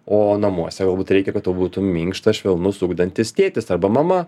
o namuose galbūt reikia kad tau būtų minkštas švelnus ugdantis tėtis arba mama